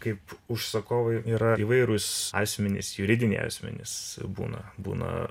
kaip užsakovai yra įvairūs asmenys juridiniai asmenys būna būna